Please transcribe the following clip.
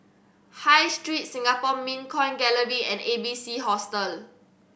High Street Singapore Mint Coin Gallery and A B C Hostel